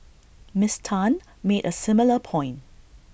miss Tan made A similar point